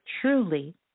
truly